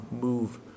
move